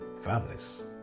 families